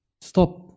Stop